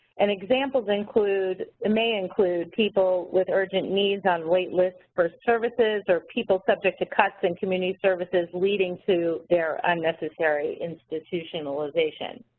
and examples include, may include, people with urgent needs on wait lists for services or people subject to cuts in community services leading to their unnecessary institutionalization.